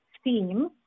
steam